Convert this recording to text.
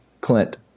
Clint